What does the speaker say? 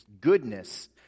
Goodness